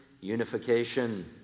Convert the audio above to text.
unification